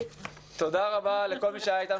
תודה רבה לכל מי שהיה אתנו.